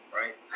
right